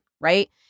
Right